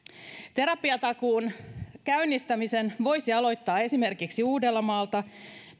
terapiatakuun käynnistämisen voisi aloittaa esimerkiksi uudeltamaalta